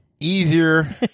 easier